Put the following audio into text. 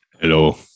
hello